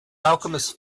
alchemist